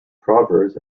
proverbs